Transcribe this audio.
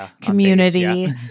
community